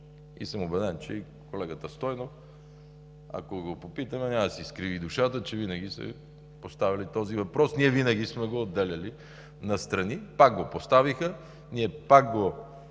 И съм убеден, че и колегата Стойнев, ако го попитаме, няма да си изкриви душата, че винаги са поставяли този въпрос, ние винаги сме го отделяли настрани. Пак го поставиха, ние пак го